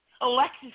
Alexis